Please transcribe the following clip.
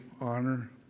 honor